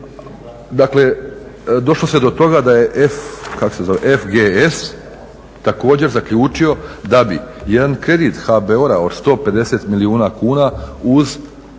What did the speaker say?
Dakle, došlo se do toga da je FGS također zaključio da bi jedan kredit HBOR-a od 150 milijuna kuna uz